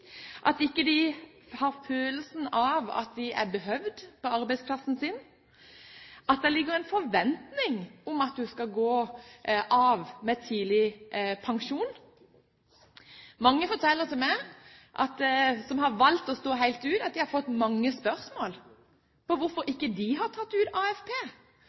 at de ikke har følelsen av at det er behov for dem på arbeidsplassen, at det ligger en forventning om at man skal gå av med tidlig pensjon. Mange, som har valgt å stå helt ut, forteller meg at de har fått mange spørsmål om hvorfor de ikke har tatt ut AFP,